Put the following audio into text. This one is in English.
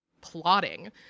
plotting